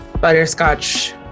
butterscotch